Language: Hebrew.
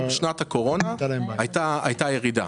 בשנת הקורונה הייתה ירידה,